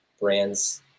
brands